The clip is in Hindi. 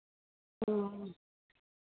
हाँ